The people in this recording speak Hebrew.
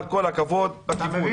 אבל כל הכבוד על הטיפול.